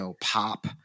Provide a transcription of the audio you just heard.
pop